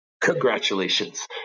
Congratulations